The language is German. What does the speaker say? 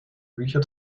bücher